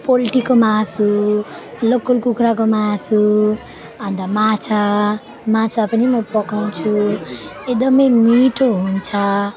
पोल्ट्रीको मासु लोकल कुखुराको मासु अनि त माछा माछा पनि म पकाउँछु एकदमै मिठो हुन्छ